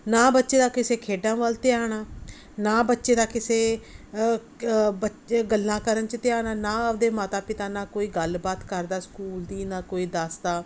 ਨਾ ਬੱਚੇ ਦਾ ਕਿਸੇ ਖੇਡਾਂ ਵੱਲ ਧਿਆਨ ਆ ਨਾ ਬੱਚੇ ਦਾ ਕਿਸੇ ਬੱਚੇ ਗੱਲਾਂ ਕਰਨ 'ਚ ਧਿਆਨ ਨਾ ਆਪਣੇ ਮਾਤਾ ਪਿਤਾ ਨਾਲ ਕੋਈ ਗੱਲਬਾਤ ਕਰਦਾ ਸਕੂਲ ਦੀ ਨਾ ਕੋਈ ਦੱਸਦਾ